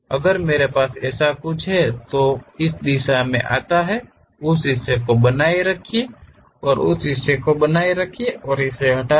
अगर मेरे पास ऐसा कुछ है तो उस दिशा में आता है उस हिस्से को बनाए रखें उस हिस्से को बनाए रखें और इसे हटा दें